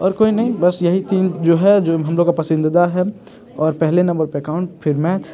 और कोई नहीं बस यही तीन जो है जो हम लोग का पसंदीदा है और पहले नंबर पे एकाउंट फिर मैथ